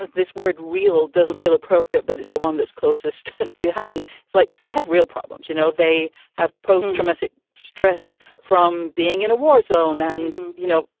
this word real doesn't feel appropriate, but it's the one that's closest to hand. it's like they have real problems. you know, they have post-traumatic stress from being in a war zone and, you know,